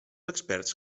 experts